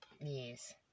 Yes